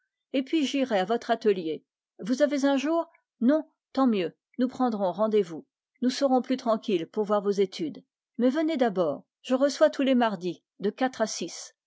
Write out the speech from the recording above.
et puis j'irai à votre atelier vous avez un jour non tant mieux nous prendrons rendez-vous nous serons plus tranquilles pour voir vos études mais venez d'abord je reçois tous les mardis de quatre à six